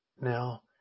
Now